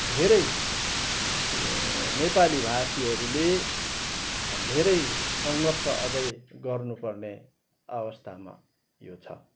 धेरै नेपाली भाषीहरूले धेरै सङ्घर्ष अझै गर्नुपर्ने अवस्थामा यो छ